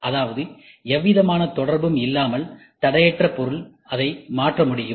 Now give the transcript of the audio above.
அதாவது எந்தவிதமான தொடர்பும் இல்லாமல் தடையற்ற பொருள் அதை மாற்ற முடியும்